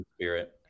spirit